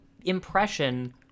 impression